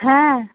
হ্যাঁ